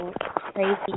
crazy